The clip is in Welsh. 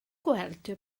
gweld